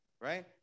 right